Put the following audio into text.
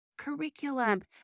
curriculum